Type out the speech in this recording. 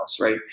right